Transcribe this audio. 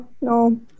No